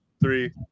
three